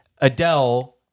Adele